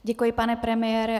Děkuji, pane premiére.